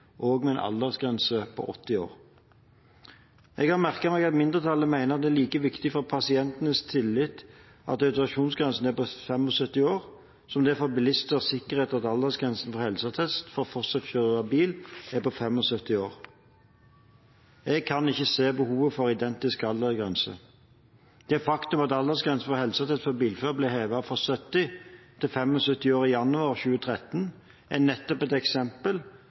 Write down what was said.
også med en aldersgrense på 80 år. Jeg har merket meg at mindretallet mener at det er like viktig for pasientenes tillit at autorisasjonsgrensen er på 75 år som det er for bilisters sikkerhet at aldersgrensen for helseattest for fortsatt å kjøre bil er på 75 år. Jeg kan ikke se behovet for identiske aldersgrenser. Det faktum at aldersgrensen for helseattest for bilførere ble hevet fra 70 til 75 år i januar 2013, er nettopp et eksempel